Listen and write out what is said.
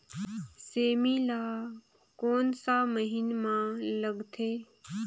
सेमी ला कोन सा महीन मां लगथे?